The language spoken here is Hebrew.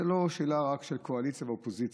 זו לא שאלה רק של קואליציה ואופוזיציה,